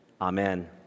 amen